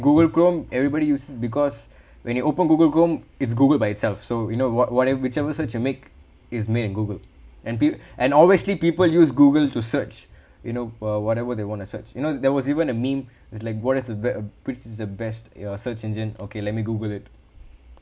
google chrome everybody use because when you open google chrome it's google by itself so you know what whatever whichever search you make is made in google and pe~ and obviously people use google to search you know uh whatever they want to search you know there was even a meme is like what is the bet~ which is the best uh search engine okay let me google it